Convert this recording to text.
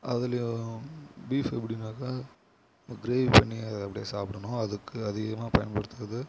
அதுலையும் பீஃப் எப்படினாக்கா கிரேவி பண்ணி அதை அப்படியே சாப்பிடணும் அதுக்கு அதிகமாக பயன்படுத்துவது